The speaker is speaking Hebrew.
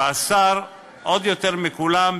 והשר עוד יותר מכולם,